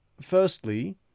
Firstly